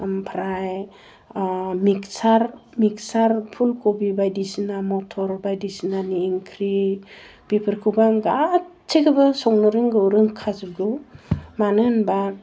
आमफ्राइ मिकचा फुल कबि बायदिसिना मटर बायदिसिनानि ओंख्रि बेफोरखौबो आं गासैखौबो संनो रोंगौ रोंखाजोबगौ मानो होनबा